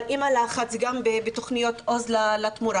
אבל עם הלחץ גם בתכניות 'עוז לתמורה',